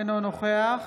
אינו נוכח